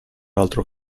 altro